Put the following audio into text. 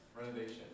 renovation